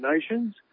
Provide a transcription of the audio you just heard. Nations